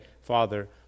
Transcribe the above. Father